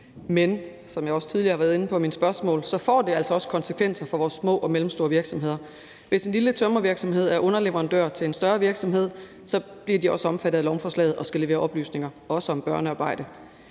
Men som jeg også tidligere har været inde på i mine spørgsmål, får det altså også konsekvenser for vores små og mellemstore virksomheder. Hvis en lille tømrervirksomhed er underleverandør til en større virksomhed, bliver de også omfattet af lovforslaget og skal levere oplysninger, også om børnearbejde.